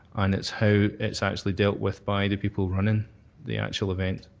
and it's how it's actually dealt with by the people running the actual event.